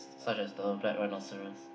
such as the black rhinoceros